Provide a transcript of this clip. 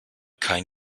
kein